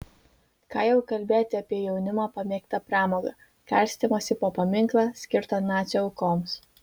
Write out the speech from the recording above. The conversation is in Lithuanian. ką jau kalbėti apie jaunimo pamėgtą pramogą karstymąsi po paminklą skirtą nacių aukoms